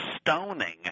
stoning